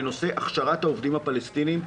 לנושא הכשרת העובדים הפלסטינים.